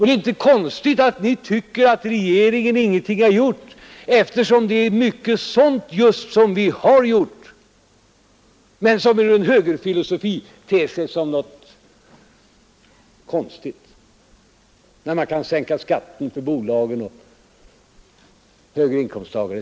Det är inte konstigt att ni tycker att regeringen ingenting har gjort, eftersom det är just mycket sådant som vi har gjort men som för en högerfilosof ter sig som något konstigt, när man i stället kan sänka skatten för bolagen och för de högre inkomsttagarna.